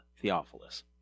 Theophilus